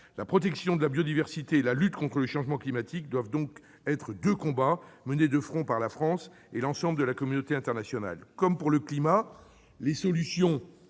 La protection de la biodiversité et la lutte contre le changement climatique doivent donc être deux combats menés de front par la France et par l'ensemble de la communauté internationale. Comme pour le climat, les solutions